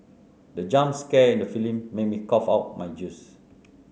the jump scare in the filming made me cough out my juice